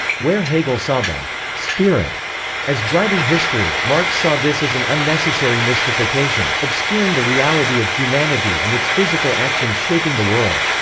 where hegel saw the spirit as driving history, marx saw this as an unnecessary mystification, obscuring the reality of humanity and its physical actions shaping the world.